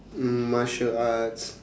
mm martial arts